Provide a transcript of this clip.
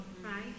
Right